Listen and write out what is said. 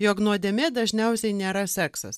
jog nuodėmė dažniausiai nėra seksas